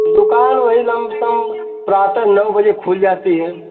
दूकान वही लमसम प्रातः नौ बजे खुल जाती है